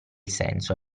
senso